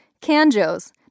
canjos